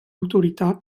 autorità